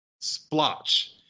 splotch